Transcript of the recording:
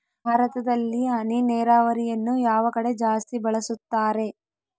ಭಾರತದಲ್ಲಿ ಹನಿ ನೇರಾವರಿಯನ್ನು ಯಾವ ಕಡೆ ಜಾಸ್ತಿ ಬಳಸುತ್ತಾರೆ?